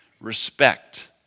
respect